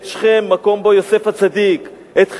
את שכם, מקום שבו יוסף הצדיק, את חברון,